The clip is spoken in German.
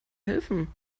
helfen